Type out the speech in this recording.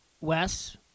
Wes